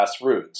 grassroots